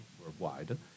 worldwide